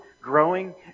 growing